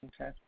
Okay